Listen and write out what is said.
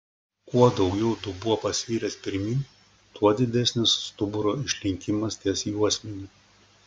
kuo daugiau dubuo pasviręs pirmyn tuo didesnis stuburo išlinkimas ties juosmeniu